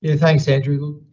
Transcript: yeah thanks andrew.